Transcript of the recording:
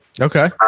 okay